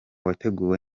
wateguwe